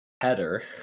header